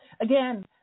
Again